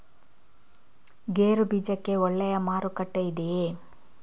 ಗೇರು ಬೀಜಕ್ಕೆ ಒಳ್ಳೆಯ ಮಾರುಕಟ್ಟೆ ಇದೆಯೇ?